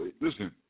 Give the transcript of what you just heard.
listen